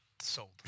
Sold